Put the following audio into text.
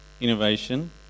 innovation